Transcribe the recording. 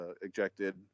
ejected